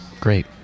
Great